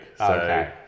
Okay